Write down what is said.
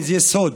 זה לא סוד